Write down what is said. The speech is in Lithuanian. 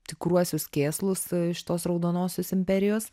tikruosius kėslus šitos raudonosios imperijos